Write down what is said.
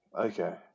Okay